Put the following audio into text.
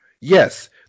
yes